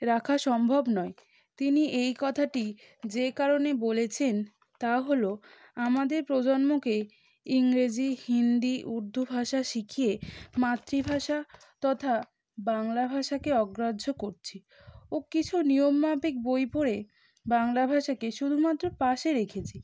রাখা সম্ভব নয় তিনি এই কথাটি যে কারণে বলেছেন তা হল আমাদের প্রজন্মকে ইংরেজি হিন্দি উর্দু ভাষা শিখিয়ে মাতৃভাষা তথা বাংলা ভাষাকে অগ্রাহ্য করছি ও কিছু নিয়মমাফিক বই পড়ে বাংলা ভাষাকে শুধুমাত্র পাশে রেখেছি